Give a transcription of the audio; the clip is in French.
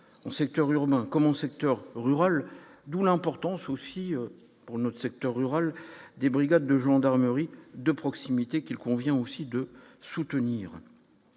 en secteur urbain comme on secteur rural, d'où l'importance aussi pour notre secteur rural des brigades de gendarmerie de proximité qu'il convient aussi de soutenir,